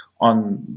on